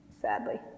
Sadly